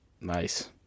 Nice